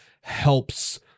helps